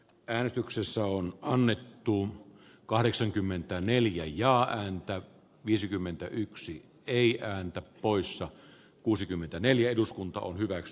päätöksessä on onnen tunne kahdeksankymmentäneljä ja enintään viisikymmentäyksi ei ääntä poissa kuusikymmentäneljä eduskunta on arvoisa puhemies